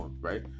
right